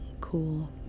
cool